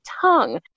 tongue